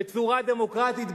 בצורה דמוקרטית,